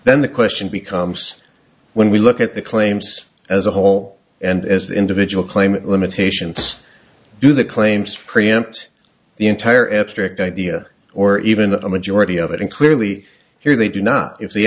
then the question becomes when we look at the claims as a whole and as individual claimant limitations do the claims preempt the entire abstract idea or even a majority of it and clearly here they do not if the